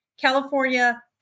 California